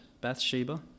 Bathsheba